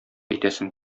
итәсем